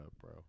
bro